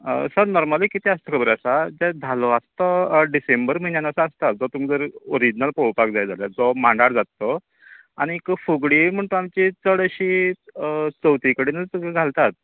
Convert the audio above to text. आं sir normally कितें आसता खबर आसा तें धालो जो आसता डिसेंबर म्हयन्यांत आसता सो तुमकां ओरिजीनल पोवपाक जाय जाल्यार आतां जो मांडार जात तो आनीक फुगडी म्हूण तांची चड अशी चवथी कडेनूच घालतात